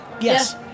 Yes